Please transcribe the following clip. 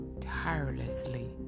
tirelessly